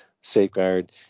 Safeguard